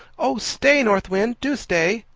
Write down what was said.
oh! stay, north wind, do stay!